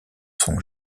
son